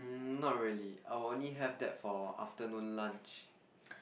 not really I'll only have that for afternoon lunch